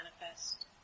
manifest